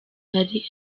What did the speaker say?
ari